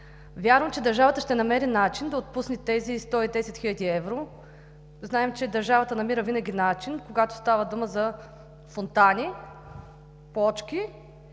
Вярвам, че държавата ще намери начин да отпусне тези 110 хил. евро. Знаем, че държавата намира винаги начин, когато става дума за фонтани, плочки,